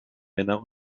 männer